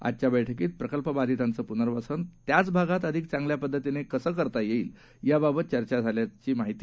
आजच्या बैठकीत प्रकल्पबाधिताचं पुनर्वसन त्याचं भागात अधिक चांगल्या पद्धतीनं कसं करता येईल याबाबत चर्चा झाल्याचं त्यांनी सांगितलं